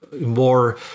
more